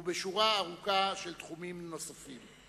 ובשורה ארוכה של תחומים נוספים.